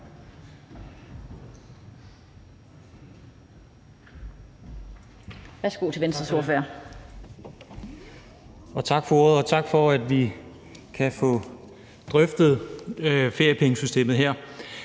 Stén Knuth (V): Tak for ordet, og tak for, at vi kan få drøftet feriepengesystemet.